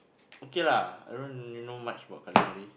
okay lah I don't really know much about culinary